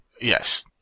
Yes